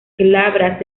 glabras